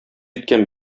иткән